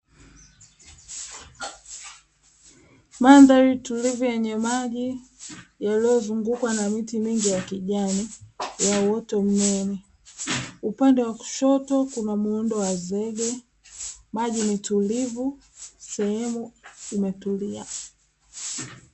Mandhari tulivu yenye maji yaliyozungukwa na miti mingi ya kijani, ya uoto mnene; upande wa kushoto kuna muundo wa zege, maji ni tulivu, sehemu imetulia.